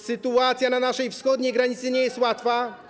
Sytuacja na naszej wschodniej granicy nie jest łatwa.